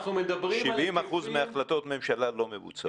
70% מהחלטות ממשלה לא מבוצעות.